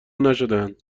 نشدهاند